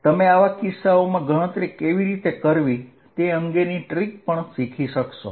તમે આવા કિસ્સાઓમાં ગણતરી કેવી રીતે કરવી તે અંગેની યુક્તિ પણ શીખી શકો છો